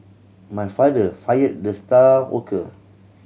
my father fired the star worker